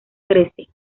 crece